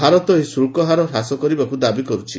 ଭାରତ ଏହି ଶୁଳ୍କ ହାର ହ୍ରାସ କରିବାକୁ ଦାବି କରୁଛି